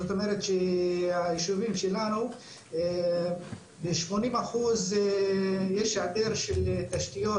זאת אומרת שהישובים שלנו ב-80 אחוזים יש העדר של תשתיות,